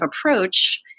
approach